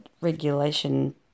regulation